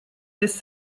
this